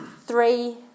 three